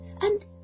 And